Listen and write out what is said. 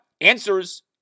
Answers